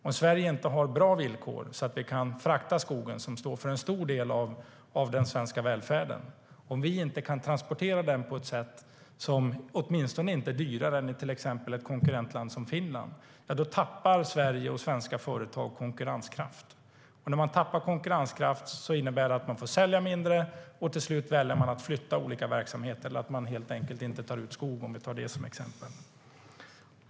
Om Sverige inte har bra villkor så att vi kan frakta skogen, som står för en stor del av den svenska välfärden, på ett sätt som åtminstone inte är dyrare än i till exempel ett konkurrentland som Finland tappar Sverige och svenska företag konkurrenskraft. Att tappa konkurrenskraft innebär att man får sälja mindre, och till slut väljer man att flytta olika verksamheter eller helt enkelt inte ta ut skog, för att ta det som ett exempel.